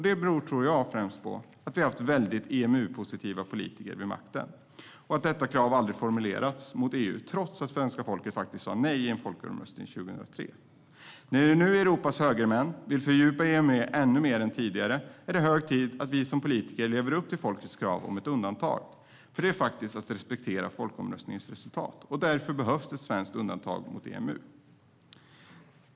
Det tror jag främst beror på att vi har haft mycket EMU-positiva politiker vid makten. Detta krav har aldrig formulerats mot EU trots att svenska folket faktiskt sa nej i en folkomröstning 2003. När nu Europas högermän vill fördjupa EMU ännu mer än tidigare är det hög tid att vi som politiker lever upp till folkets krav på ett undantag, för det är att respektera folkomröstningens resultat. Därför behövs ett svenskt undantag gentemot EMU.